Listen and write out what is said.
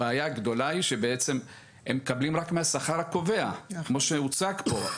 הבעיה הגדולה היא שבעצם הם מקבלים רק מהשכר הקובע כפי שהוצג פה.